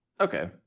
Okay